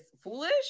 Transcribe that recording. foolish